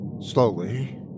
Slowly